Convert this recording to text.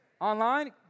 Online